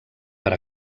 per